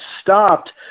stopped